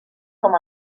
com